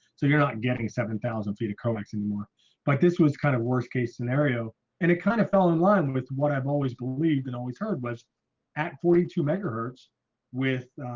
so you're not getting seven thousand feet of coax anymore but this was kind of worst case scenario and it kind of fell in line with what i've always believed and always heard was at forty two megahertz with